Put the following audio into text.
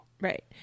right